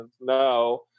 No